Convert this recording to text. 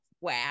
wow